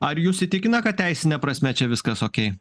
ar jus įtikina kad teisine prasme čia viskas okei